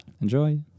Enjoy